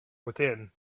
within